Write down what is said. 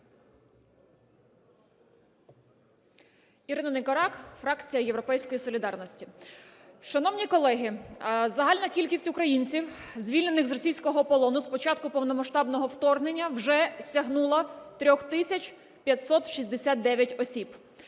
Ірина Никорак, фракція "Європейської солідарності". Шановні колеги, загальна кількість українців, звільнених з російського полону з початку повномасштабного вторгнення, вже сягнула трьох